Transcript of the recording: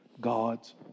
God's